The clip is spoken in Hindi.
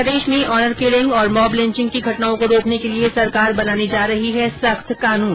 प्रदेश में ऑनर किलिंग और मॉब लिचिंग की घटनाओं को रोकने के लिये सरकार बनाने जा रही है सख्त कानून